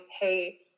hey